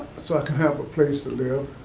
so i can have a place to live.